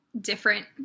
different –